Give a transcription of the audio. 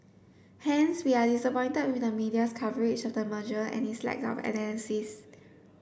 hence we are disappointed with the media's coverage of the merger and its lack of analysis